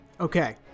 okay